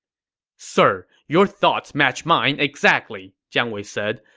sir, your thoughts match mine exactly, jiang wei said,